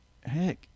heck